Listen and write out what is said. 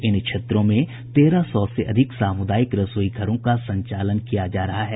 इन क्षेत्रों में तेरह सौ से अधिक सामुदायिक रसोई घरों का संचालन किया जा रहा है